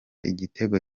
igitego